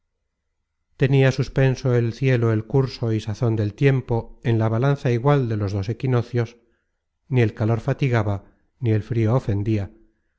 tenia suspenso el cielo el curso y sazon del tiempo en la balanza igual de los dos equinocios ni el calor fatigaba ni el frio ofendia